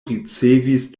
ricevis